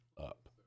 up